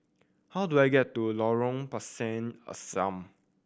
how do I get to Lorong Pisang Asam